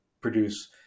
produce